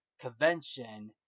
convention